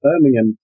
Birmingham